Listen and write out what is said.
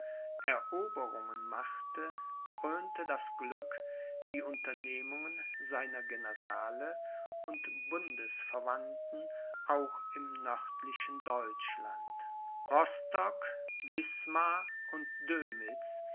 eroberungen machte krönte das glück die unternehmungen seiner generale und bundesverwandten auch im nördlichen deutschland rostock wismar und dömitz